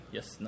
Yes